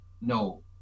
no